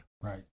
Right